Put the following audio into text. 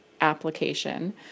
application